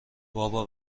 بابا